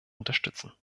unterstützen